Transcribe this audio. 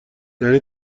یعنی